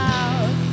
out